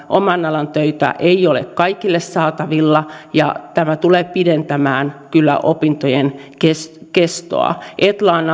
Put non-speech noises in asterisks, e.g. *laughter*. oman alan töitä ei ole kaikille saatavilla ja tämä tulee pidentämään kyllä opintojen kestoa kestoa etla on *unintelligible*